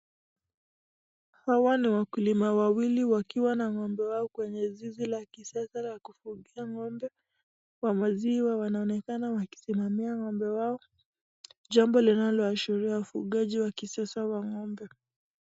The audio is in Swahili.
Hawa ni wakulima wawili wakiwa na ng'ombe wao kwenye zizi la kisasa la kufugia ng'ombe wa maziwa wanaonekana wakisimamia ng'ombe wao. Jambo linaloashiria ufugaji wa kisasa wa ng'ombe.